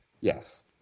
Yes